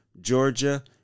Georgia